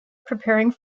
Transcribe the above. preparing